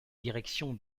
direction